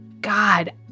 God